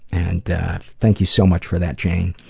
and thank you so much for that, jane.